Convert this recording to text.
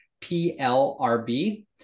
PLRB